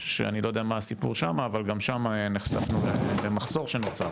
שאני לא יודע מה הסיפור שם אבל גם שם נחשפנו למחסום שנוצר,